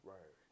Right